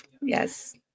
Yes